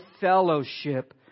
fellowship